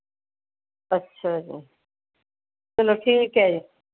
ਅੱਛਾ ਜੀ ਚਲੋ ਠੀਕ ਹੈ ਜੀ